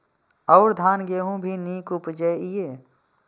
और धान गेहूँ भी निक उपजे ईय?